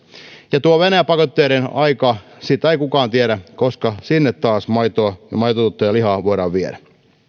ja tuosta venäjän pakotteiden ajasta ei kukaan tiedä koska sinne taas maitotuotteita ja lihaa voidaan viedä